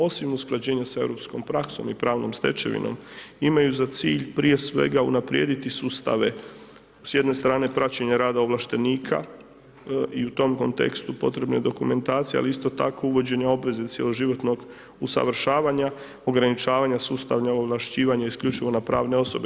Osim usklađenja sa europskom praksom i pravnom stečevinom, imaju za cilj, prije svega, unaprijediti sustave, s jedne strane praćenje rada ovlaštenika i u tom kontekstu potrebna je dokumentacija, ali isto tako uvođenje obveze cjeloživotnog usavršavanja, ograničavanja, sustavno ovlašćivanje isključivo na pravne osobe.